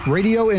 Radio